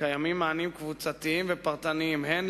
קיימים מענים קבוצתיים ופרטניים הן